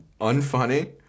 unfunny